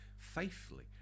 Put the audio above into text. Faithfully